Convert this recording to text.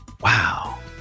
Wow